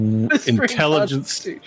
intelligence